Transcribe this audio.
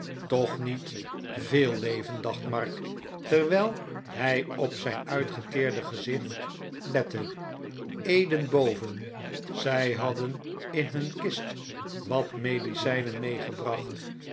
toch niet veel leven dacht mark terwijl hij op zijn uitgeteerde gezicht lette eden boven zij hadden in hun kist wat medicijnen meegebracht